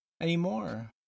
anymore